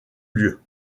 lieu